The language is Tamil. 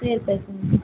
சரித்த சரி